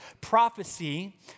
prophecy